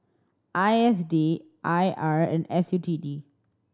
I S D I R and S U T D